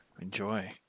Enjoy